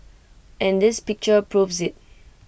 and this picture proves IT